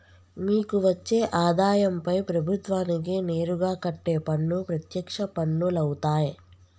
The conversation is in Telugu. మీకు వచ్చే ఆదాయంపై ప్రభుత్వానికి నేరుగా కట్టే పన్ను ప్రత్యక్ష పన్నులవుతాయ్